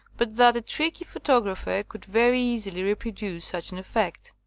but that a tricky pho tographer could very easily reproduce such an effect.